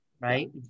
right